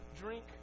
drink